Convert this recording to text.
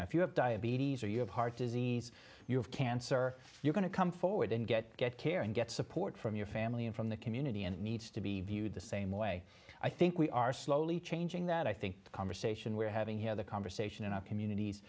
know if you have diabetes or you have heart disease you have cancer you're going to come forward and get good care and get support from your family and from the community and it needs to be viewed the same way i think we are slowly changing that i think the conversation we're having here the conversation in our communities